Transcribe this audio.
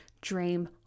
dream